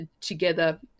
together